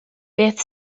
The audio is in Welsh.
beth